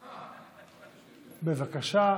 בבקשה.